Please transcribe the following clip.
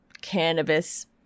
cannabis